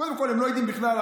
קודם כול, הם לא יודעים בכלל.